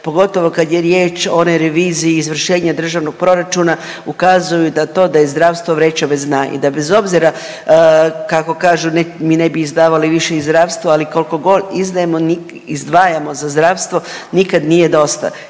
pogotovo kad je riječ o onoj reviziji, izvršenje državnog proračuna, ukazuju na to da je zdravstvo vreća bez dna i da bez obzira kako kažu, mi ne bi izdavali više iz zdravstvo, ali koliko god izdajemo, izdvajamo za zdravstvo nikad nije dosta